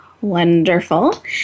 Wonderful